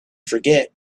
forget